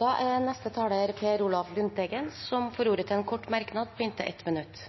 Representanten Per Olaf Lundteigen har hatt ordet to ganger tidligere og får ordet til en kort merknad, begrenset til 1 minutt.